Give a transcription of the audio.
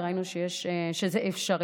וראינו שזה אפשרי.